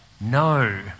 no